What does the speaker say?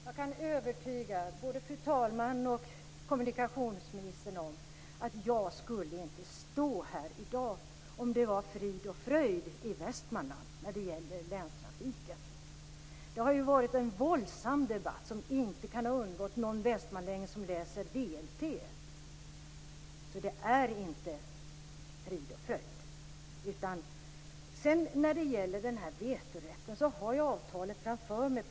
Fru talman! Jag kan övertyga både fru talmannen och kommunikationsministern om att jag inte skulle stå här i dag om det var frid och fröjd i Västmanland när det gäller länstrafiken. Det har varit en våldsam debatt som inte kan ha undgått någon västmanlänning som läser VLT. Det är inte frid och fröjd. Vad gäller vetorätten vill jag säga att jag har avtalet framför mig.